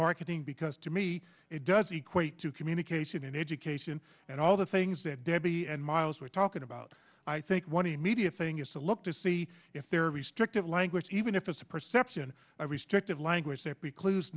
marketing because to me it doesn't quite to communication and education and all the things that debbie and miles were talking about i think one immediate thing is to look to see if there are restrictive language even if it's a perception a restrictive language there precludes